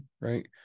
right